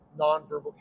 nonverbal